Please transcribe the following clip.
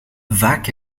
vaak